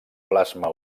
plasma